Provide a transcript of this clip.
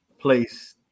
place